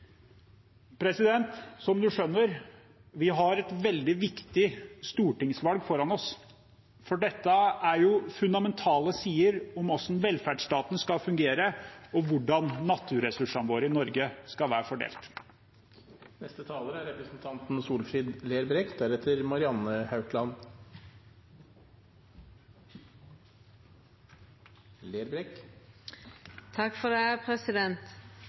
Som en skjønner, har vi et veldig viktig stortingsvalg foran oss. Dette er fundamentale sider ved hvordan velferdsstaten skal fungere, og hvordan naturressursene våre i Norge skal være fordelt. Til å begynna med vil eg senda ei helsing til to kvardagsheltar som kjempar for